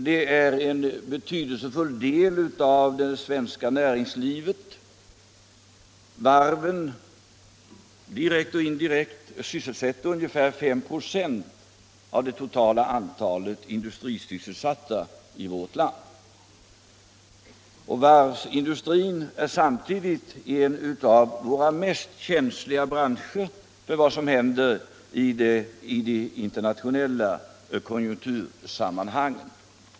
Den är en betydelsefull del av det svenska näringslivet. Varven sysselsätter, direkt och indirekt, ungefär 5 96 av det totala antalet industrisysselsatta i vårt land. Varvsindustrin är samtidigt en av de branscher som är mest känslig för vad som händer i de internationella konjunktursammanhangen.